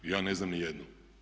Ja ne znam ni jednu.